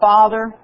Father